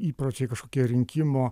įpročiai kažkokie rinkimo